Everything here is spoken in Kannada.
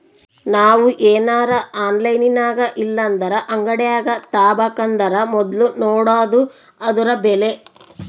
ನಾವು ಏನರ ಆನ್ಲೈನಿನಾಗಇಲ್ಲಂದ್ರ ಅಂಗಡ್ಯಾಗ ತಾಬಕಂದರ ಮೊದ್ಲು ನೋಡಾದು ಅದುರ ಬೆಲೆ